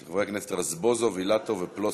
של חברי הכנסת רזבוזוב, אילטוב ופלוסקוב,